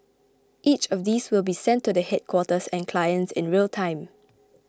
each of these will be sent to the headquarters and clients in real time